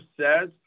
says